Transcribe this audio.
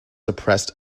suppressed